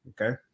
okay